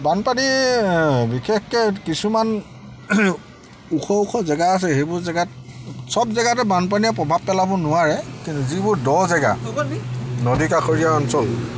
বানপানী বিশেষকৈ কিছুমান ওখ ওখ জেগা আছে সেইবোৰ জেগাত চব জেগাতে বানপানীয়ে প্ৰভাৱ পেলাব নোৱাৰে কিন্তু যিবোৰ দ জেগা নদী কাষৰীয়া অঞ্চল